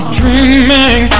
dreaming